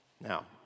Now